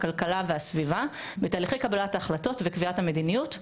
הכלכלה והסביבה בתהליכי קבלת ההחלטות וקביעת המדיניות,